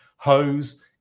Hose